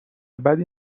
بدی